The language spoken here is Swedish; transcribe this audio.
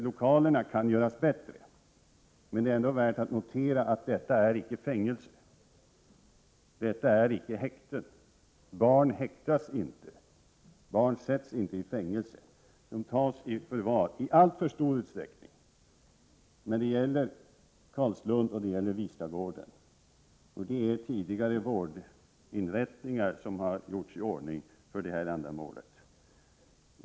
Lokalerna kan göras bättre, men det bör ändå noteras att det icke är fängelser, icke häkte. Barn häktas inte, barn sätts inte i fängelse. De tas i förvar — i alltför stor utsträckning — men det gäller ändå Carlslund och Vistagården. Det är tidigare vårdinrättningar, som har gjorts i ordning för detta ändamål.